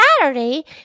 Saturday